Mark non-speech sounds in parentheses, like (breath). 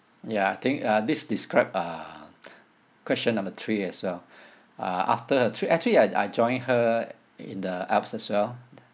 ya I think uh this describe um (noise) question number three as well (breath) uh after a trip actually I I joined her in the alps as well